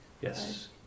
yes